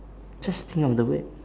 just think of the word